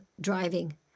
driving